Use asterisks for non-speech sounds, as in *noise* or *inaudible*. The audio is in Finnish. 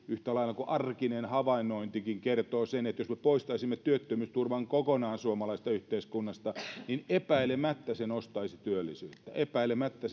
yhtä lailla kuin arkinen havainnointikin kertovat sen että jos me poistaisimme työttömyysturvan kokonaan suomalaisesta yhteiskunnasta niin epäilemättä se nostaisi työllisyyttä epäilemättä *unintelligible*